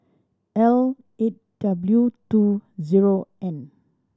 L eight W two zero N